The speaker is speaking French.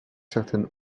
certaines